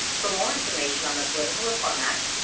for more information on the political reform act,